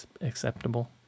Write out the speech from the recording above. acceptable